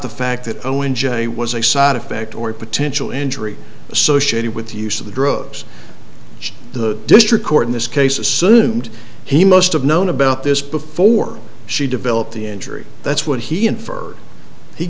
the fact that a when j was a side effect or potential injury associated with the use of the drugs the district court in this case assumed he must have known about this before she developed the injury that's what he